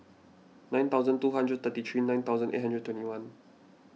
nine thousand two hundred thirty three nine thousand eight hundred twenty one